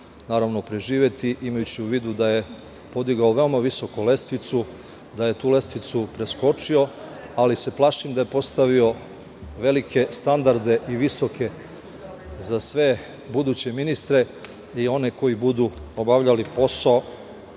naravno preživeti, imajući u vidu da je podigao veoma visoko lestvicu, da je tu lestvicu preskočio, ali se plašim da je postavio velike standarde i visoke za sve buduće ministre, i one koji budu obavljali posao